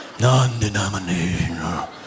non-denominational